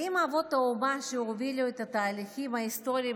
האם אבות האומה שהובילו את התהליכים ההיסטוריים